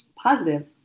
positive